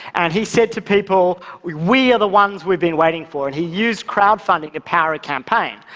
and he said to people, we we are the ones we've been waiting for. and he used crowdfunding to power a campaign.